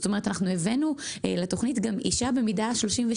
הבאנו לתוכנית אישה במידה 32,